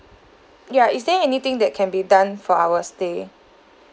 ya is there anything that can be done for our stay